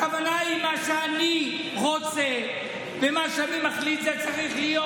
הכוונה היא: מה שאני רוצה ומה שאני מחליט זה מה שצריך להיות.